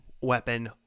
weapon